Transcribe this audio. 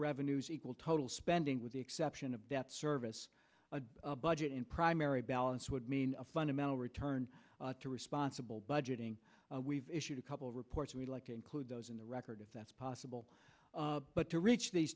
revenues equal total spending with the exception of debt service the budget in primary balance would mean a fundamental return to responsible budgeting we've issued a couple reports we'd like to include those in the record if that's possible but to reach these